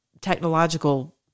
technological